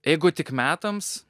jeigu tik metams